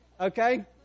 okay